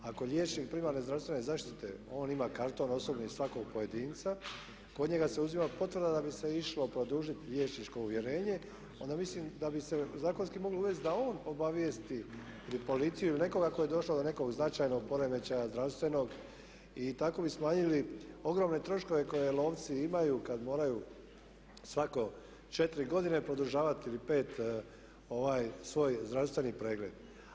Ako liječnik primarne zdravstvene zaštite, on ima karton, osobno i svakog pojedinca, kod njega se uzima potvrda da bi se išlo produžiti liječničko uvjerenje, onda mislim da bi se zakonski moglo uvesti da on obavijesti ili policiju ili nekoga tko je došao do nekog značajnog poremećaja, zdravstvenog i tako bi smanjili ogromne troškove koje lovci imaju kada moraju svako 4 godine produžavati ili 5 ovaj svoj zdravstveni pregled.